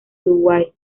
uruguay